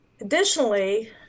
Additionally